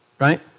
right